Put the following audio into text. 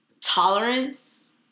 tolerance